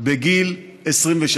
בגיל 23,